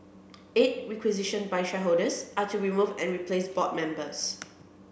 eight requisitioned by shareholders are to remove and replace board members